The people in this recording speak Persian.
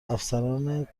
افسران